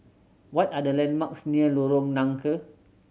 what are the landmarks near Lorong Nangka